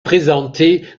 présenté